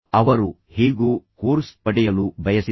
ಅವರು ಹೇಗೋ ಕೋರ್ಸ್ ಪಡೆಯಲು ಬಯಸಿದ್ದರು